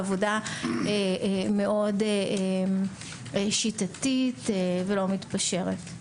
עבודה מאוד שיטתית ולא מתפשרת.